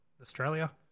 Australia